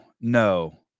no